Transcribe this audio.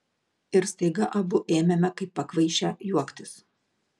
ir staiga abu ėmėme kaip pakvaišę juoktis